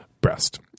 breast